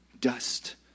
dust